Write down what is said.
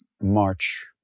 March